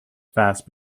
fast